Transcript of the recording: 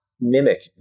mimic